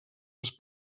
les